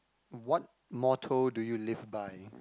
what motto do you live by